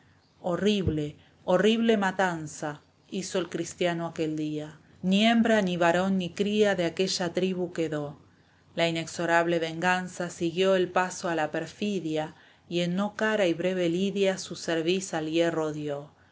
horrible horrible matanza hizo el cristiano aquel día ni hembra ni varón ni cría de aquella tribu quedó la inexorable venganza siguió el paso a la perfidia y en no cara y breve lidia su cerviz al